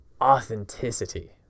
authenticity